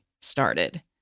started